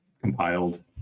compiled